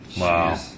Wow